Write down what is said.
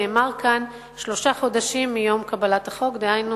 נאמר כאן: שלושה חודשים מיום קבלת החוק, דהיינו